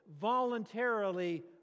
voluntarily